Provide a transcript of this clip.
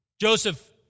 Joseph